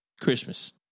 Christmas